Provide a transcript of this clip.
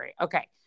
Okay